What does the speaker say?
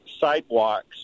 sidewalks